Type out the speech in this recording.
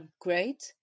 great